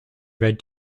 read